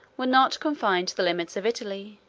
were not confined to the limits of italy.